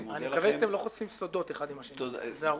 אני מקווה שאתם לא חושפים סודות האחד עם השני תיזהרו.